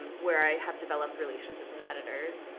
where i have developed relationships with editors.